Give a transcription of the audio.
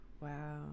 wow